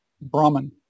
Brahman